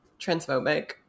transphobic